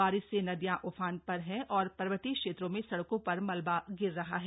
बारिश से नदियां उफान पर है और पर्वतीय क्षेत्रों में सड़कों पर मलबा गिर रहा है